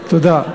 תודה.